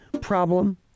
problem